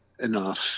enough